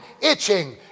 itching